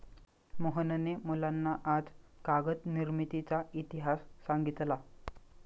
मोहनने मुलांना आज कागद निर्मितीचा इतिहास सांगितला